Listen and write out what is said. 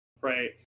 right